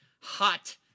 hot